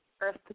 Earth